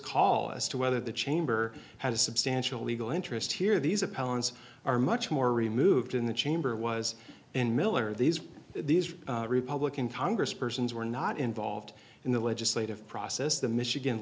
call as to whether the chamber had a substantial legal interest here these appellants are much more removed in the chamber was in miller these these republican congress persons were not involved in the legislative process the michigan